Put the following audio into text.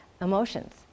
emotions